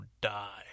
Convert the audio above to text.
die